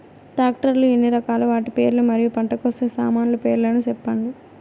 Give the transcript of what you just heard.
Tractor లు ఎన్ని రకాలు? వాటి పేర్లు మరియు పంట కోసే సామాన్లు పేర్లను సెప్పండి?